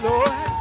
Lord